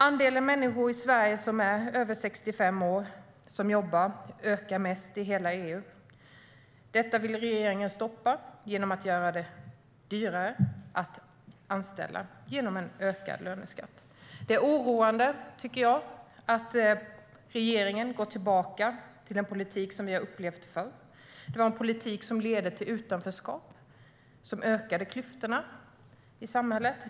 Andelen människor i Sverige som är över 65 år och som jobbar ökar mest i hela EU. Detta vill regeringen stoppa genom att göra det dyrare att anställa, genom en ökad löneskatt. Det är oroande, tycker jag, att regeringen går tillbaka till en politik som vi har upplevt förr. Det var en politik som ledde till utanförskap och som ökade klyftorna i samhället.